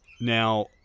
Now